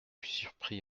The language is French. surpris